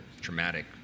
traumatic